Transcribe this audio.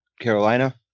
Carolina